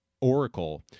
Oracle